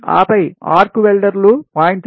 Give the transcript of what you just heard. ఆపై ఆర్క్ వెల్డర్లు 0